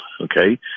okay